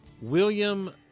William